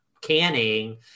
canning